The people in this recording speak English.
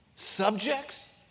subjects